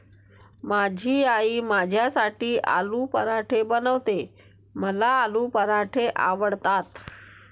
माझी आई माझ्यासाठी आलू पराठे बनवते, मला आलू पराठे आवडतात